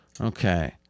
Okay